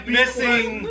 missing